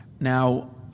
Now